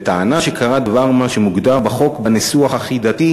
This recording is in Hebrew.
בטענה שקרה דבר מה שמוגדר בחוק בניסוח החידתי